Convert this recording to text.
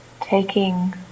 taking